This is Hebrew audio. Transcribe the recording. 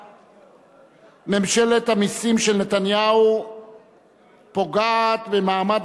שכותרתה: ממשלת המסים של נתניהו פוגעת במעמד